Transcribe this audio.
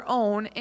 own